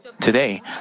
Today